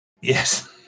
Yes